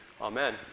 amen